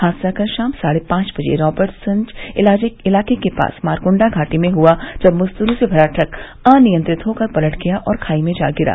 हादसा कल शाम साढ़े पांच बजे रार्बट्सगंज इलाके के पास मारकूंडा घाटी में हुआ जब मजदूरों से भरा ट्रक अनियंत्रित होकर पलट गया और खाई में जा गिरा